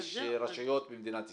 יש רשויות במדינת ישראל.